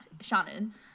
Shannon